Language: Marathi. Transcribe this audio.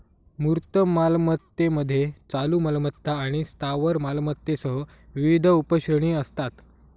मूर्त मालमत्तेमध्ये चालू मालमत्ता आणि स्थावर मालमत्तेसह विविध उपश्रेणी असतात